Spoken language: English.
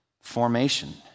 formation